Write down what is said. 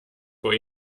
vor